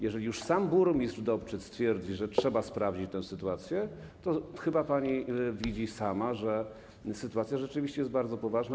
Jeżeli już sam burmistrz Dobczyc twierdzi, że trzeba sprawdzić tę sytuację, to chyba pani widzi sama, że sytuacja rzeczywiście jest bardzo poważna.